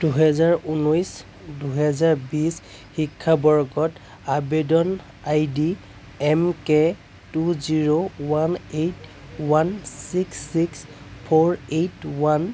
দুহেজাৰ ঊনৈছ দুহেজাৰ বিছ শিক্ষাবৰ্ষত আবেদন ID M K two zero one eight one six six four eight one